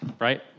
right